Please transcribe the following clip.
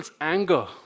anger